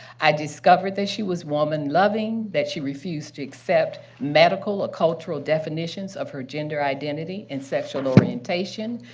i discovered that she was warm and loving, that she refused to accept medical or cultural definitions of her gender identity and sexual orientation.